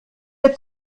der